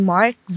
Mark